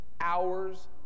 hours